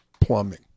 plumbing